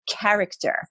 character